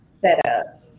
setup